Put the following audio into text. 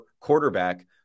quarterback